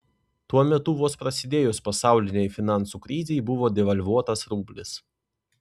tuo metu vos prasidėjus pasaulinei finansų krizei buvo devalvuotas rublis